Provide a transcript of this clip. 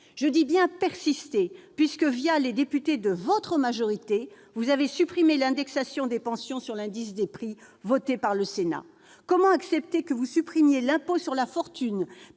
le secrétaire d'État, puisque, les députés de votre majorité, vous avez supprimé l'indexation des pensions sur l'indice des prix, votée par le Sénat. Comment accepter que vous supprimiez l'impôt sur la fortune,